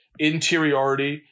interiority